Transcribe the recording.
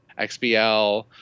XBL